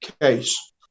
case